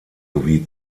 sowie